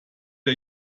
der